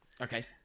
okay